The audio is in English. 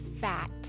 fat